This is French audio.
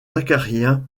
acariens